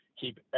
keep